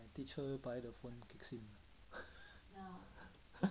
teacher buy the phone casing